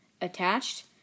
attached